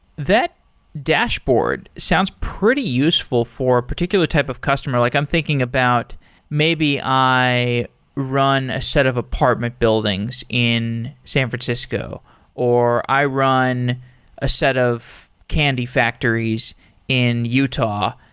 that dashboard sounds pretty useful for a particular type of customer. like i'm thinking about maybe i run a set of apartment buildings in san francisco or i run a set of candy factories in utah.